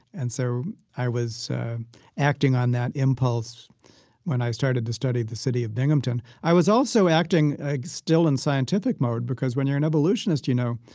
and so i was acting on that impulse when i started to study the city of binghamton. i was also acting ah still in scientific mode because when you're an evolutionist, you know,